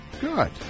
Good